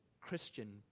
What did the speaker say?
Christian